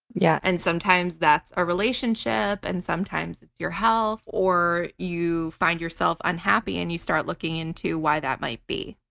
yeah and sometimes that's a relationship and sometimes it's your health or you find yourself unhappy and you start looking into why that might be.